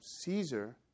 Caesar